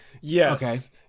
Yes